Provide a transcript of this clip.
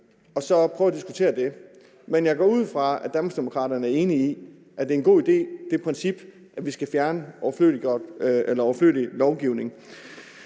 ud og prøve at diskutere det, men jeg går ud fra, at Danmarksdemokraterne er enige i, at det er en god idé med det princip, at vi skal fjerne overflødig lovgivning.